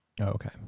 Okay